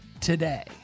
today